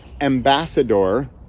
ambassador